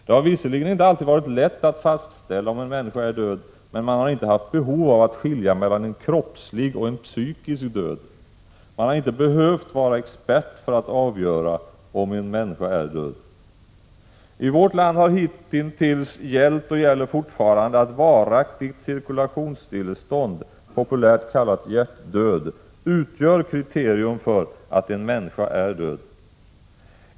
Det har visserligen inte alltid varit lätt att fastställa, om en människa är död, men man har inte haft behov av att skilja mellan en ”kroppslig” och en ”psykisk” död. Man har inte behövt vara expert för att avgöra om en människa är död. I vårt land har hitintills gällt och gäller fortfarande att varaktigt cirkulationsstillestånd, populärt kallat hjärtdöd, utgör kriterium för att en människa är död.